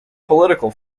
political